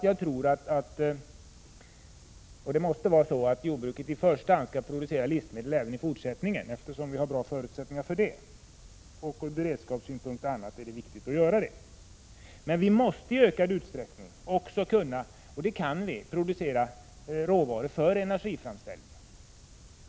Jag anser att jordbruket i första hand skall producera livsmedel även i fortsättningen, eftersom det finns goda förutsättningar för det. Bl. a. från beredskapssynpunkt är detta viktigt. Jordbruket måste emellertid i ökad utsträckning producera råvaror för energiframställning.